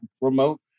remote